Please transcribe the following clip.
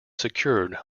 secured